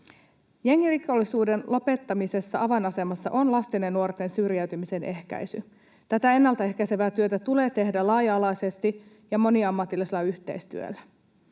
Jengirikollisuuden lopettamisessa avainasemassa on lasten ja nuorten syrjäytymisen ehkäisy. Tätä ennalta ehkäisevää työtä tulee tehdä laaja-alaisesti ja moniammatillisella yhteistyöllä.